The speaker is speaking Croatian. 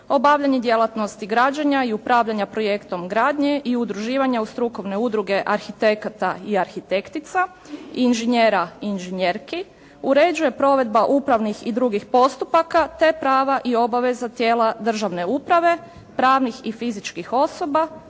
obavljanje djelatnosti građenja i upravljanja projektom gradnje i udruživanjem u strukovne udruge arhitekata i arhitektica i inženjera i inženjerski, uređuje provedba upravnih i drugih postupaka, te prava i obaveza tijela državne uprave, pravnih i fizičkih osoba